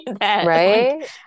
right